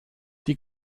die